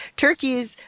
turkeys